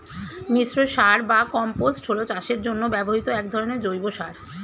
মিশ্র সার বা কম্পোস্ট হল চাষের জন্য ব্যবহৃত এক ধরনের জৈব সার